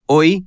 Hoy